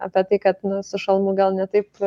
apie tai kad su šalmu gal ne taip